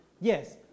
Yes